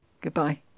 Goodbye